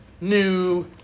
new